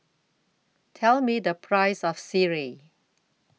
Tell Me The Price of Sireh